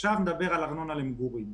עכשיו נדבר על ארנונה למגורים.